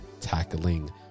tackling